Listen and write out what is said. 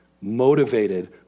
motivated